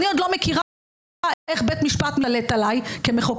אני לא מכירה איך בית משפט משתלט עלי כמחוקקת,